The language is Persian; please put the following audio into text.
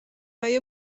های